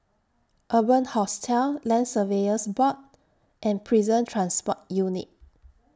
Urban Hostel Land Surveyors Board and Prison Transport Unit